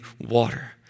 water